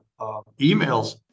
emails